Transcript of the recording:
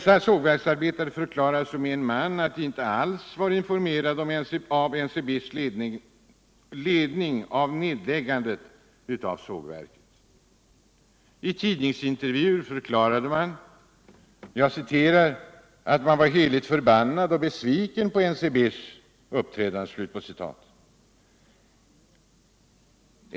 Sågverksarbetarna förklarade som en man att de inte alls var informerade av NCB:s ledning om nedläggningen av sågverket. Vid tidningsintervjuer förklarade de att man var både ”förbannad och besviken på NCB:s uppträdande”.